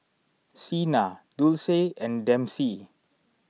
Sena Dulce and Dempsey